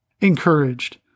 encouraged